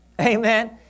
Amen